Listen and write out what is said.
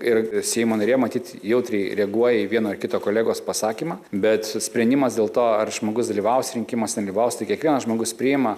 ir seimo narė matyt jautriai reaguoja į vieno ar kito kolegos pasakymą bet sprendimas dėl to ar žmogus dalyvaus rinkimuose nedalyvaus tai kiekvienas žmogus priima